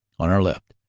on our left,